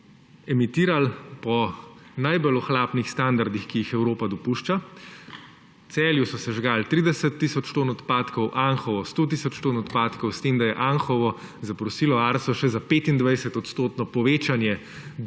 emitirali po najbolj ohlapnih standardih, ki jih Evropa dopušča. V Celju so sežgali 30 tisoč ton odpadkov, v Anhovu 100 tisoč ton odpadkov, s tem da je Anhovo zaprosilo Arso še za 25-odstotno povečanje